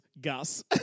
Gus